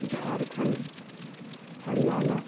Jharkhand Haryana